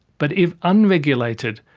but if unregulated,